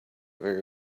very